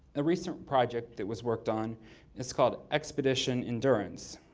a recent project that was worked on is called expedition endurance,